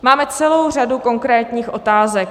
Máme celou řadu konkrétních otázek.